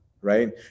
right